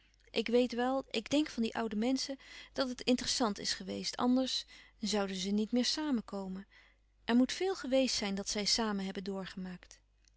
ik weet wel ik denk van die oude menschen dat het interessant is geweest anders zouden ze niet meer samen komen er moet veel geweest zijn dat zij samen hebben doorgemaakt